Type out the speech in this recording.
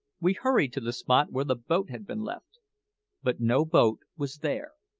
we hurried to the spot where the boat had been left but no boat was there.